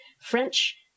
French